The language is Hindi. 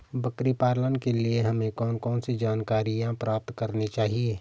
बकरी पालन के लिए हमें कौन कौन सी जानकारियां प्राप्त करनी चाहिए?